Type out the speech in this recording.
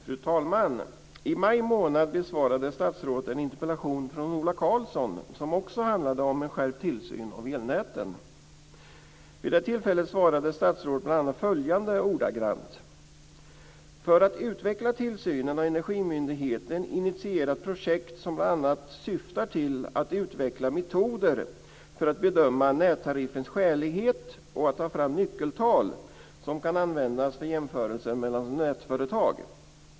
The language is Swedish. Fru talman! I maj månad besvarade statsrådet en interpellation från Ola Karlsson som också handlade om en skärpt tillsyn av elnäten. Vid det tillfället svarade statsrådet ordagrant bl.a. följande: "För att utveckla tillsynen har Energimyndigheten initierat projekt som bl.a. syftar till att utveckla metoder för att bedöma nättariffens skälighet och att ta fram nyckeltal som kan användas vid jämförelser mellan nätföretag.